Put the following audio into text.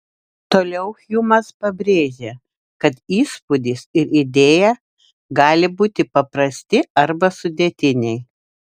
toliau hjumas pabrėžia kad įspūdis ir idėja gali būti paprasti arba sudėtiniai